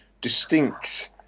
distinct